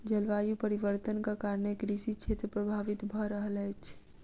जलवायु परिवर्तनक कारणेँ कृषि क्षेत्र प्रभावित भअ रहल अछि